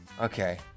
Okay